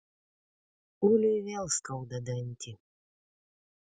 uliui vėl skauda dantį